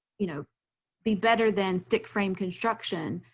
you know be better than stick frame construction,